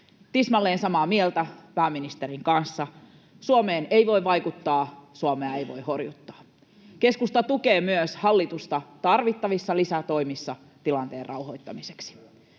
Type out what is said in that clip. Tismalleen samaa mieltä pääministerin kanssa: Suomeen ei voi vaikuttaa, Suomea ei voi horjuttaa. Keskusta tukee hallitusta myös tarvittavissa lisätoimissa tilanteen rauhoittamiseksi.